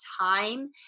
time